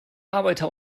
arbeiter